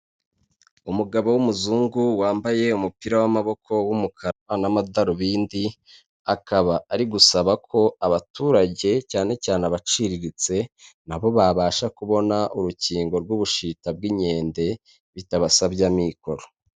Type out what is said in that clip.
Umugabo w'umuzungu wambaye umupira w'amaboko w'umukara n'amadarubindi, akaba ari gusaba ko abaturage cyane cyane abaciriritse, nabo babasha kubona urukingo rw'ubushita bw'inkende bitabasabye amikoro.